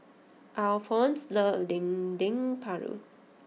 Alphonse loves Dendeng Paru